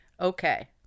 Okay